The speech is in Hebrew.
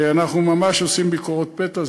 אנחנו ממש עושים ביקורות פתע.